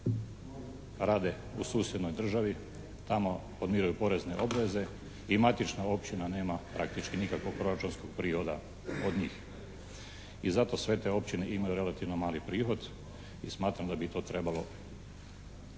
rade u susjednoj državi, tamo podmiruju porezne obveze i matična općina nema praktički nikakvog proračunskog prihoda od njih i zato sve te općine imaju relativno mali prihod i smatram da bi to trebalo